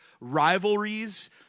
rivalries